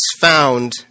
found